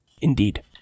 Indeed